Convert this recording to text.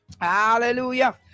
Hallelujah